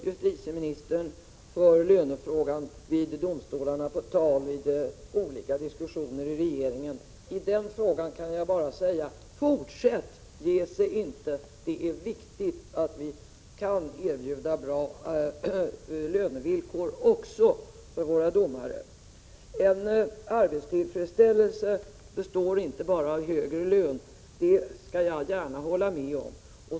Herr talman! Det är alldeles utmärkt om justitieministern vid olika diskussioner inom regeringen för lönerna vid domstolarna på tal. I den frågan kan jag bara säga: Fortsätt! Ge sig inte! Det är viktigt att vi kan erbjuda goda lönevillkor också för våra domare. Arbetstillfredsställelse består inte bara i högre lön, det skall jag gärna hålla med om.